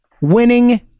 winning